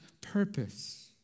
purpose